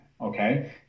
okay